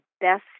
best